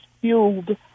fueled